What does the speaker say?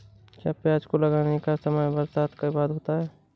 क्या प्याज को लगाने का समय बरसात के बाद होता है?